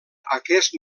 aquest